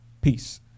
Peace